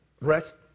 rest